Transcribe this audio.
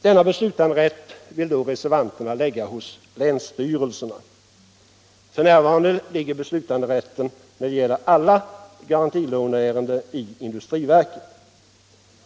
Denna beslutanderätt vill reservanterna lägga hos länsstyrelserna. F. n. ligger beslutanderätten när det gäller alla garantilåneärenden i industriverket.